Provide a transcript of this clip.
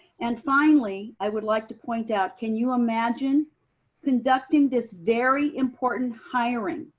and finally, i would like to point out, can you imagine conducting this very important hiring,